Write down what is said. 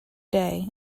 day